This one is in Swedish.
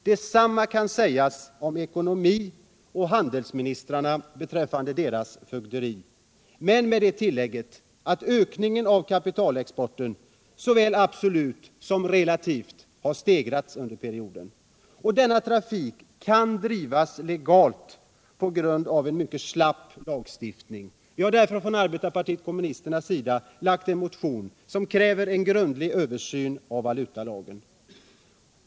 Detsamma kan sägas om ekonomioch handelsministrarna beträffande deras fögderi, men med det tillägget att ökningen av kapitalexporten såväl absolut som relativt har stegrats under perioden. Denna trafik kan drivas legalt på grund av en slapp lagstiftning. Vi har därför i en motion krävt en grundlig översyn av valutalagen.